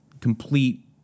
complete